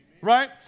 right